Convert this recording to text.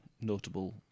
notable